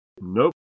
Nope